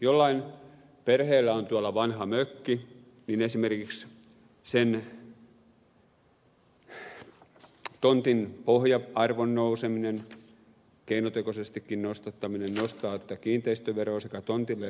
jollain perheellä on vanha mökki ja esimerkiksi sen tontin maapohjan arvon nouseminen keinotekoisestikin nostattaminen nostaa tätä kiinteistöveroa sekä tontille että rakennuksille